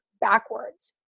backwards